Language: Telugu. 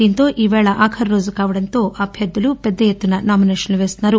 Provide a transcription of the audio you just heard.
దీంతో ఈరోజు ఆఖరు రోజు కావటంతో అభ్యర్థులు పెద్దఎత్తున నామినేషన్లు వేస్తున్నారు